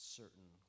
certain